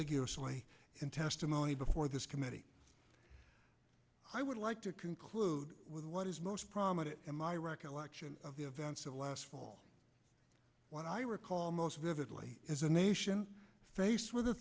ambiguously in testimony before this committee i would like to conclude with what is most prominent in my recollection of the events of last fall what i recall most vividly as a nation faced with